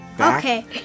Okay